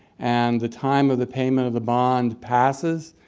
and the time of the payment of the bond passes,